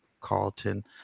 carlton